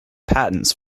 patents